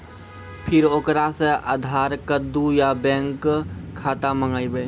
फिर ओकरा से आधार कद्दू या बैंक खाता माँगबै?